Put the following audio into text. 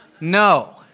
No